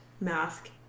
mask